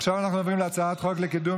עכשיו אנחנו עוברים להצעת חוק לקידום